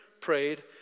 prayed